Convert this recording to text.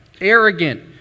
arrogant